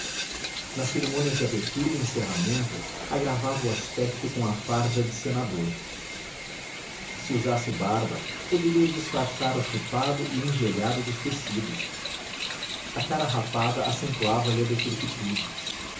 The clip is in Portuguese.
nas cerimônias de abertura e encerramento agravava o aspecto com a farda de senador se usasse barba poderia disfarçar o chupado e engelhado dos tecidos a cara rapada acentuava lhe a